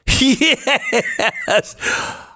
yes